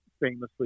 famously